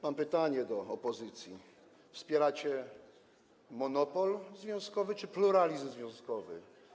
Mam pytanie do opozycji: Wspieracie monopol związkowy czy pluralizm związkowy?